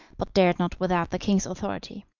but dared not without the king's authority.